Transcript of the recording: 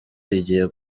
rigiye